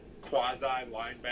quasi-linebacker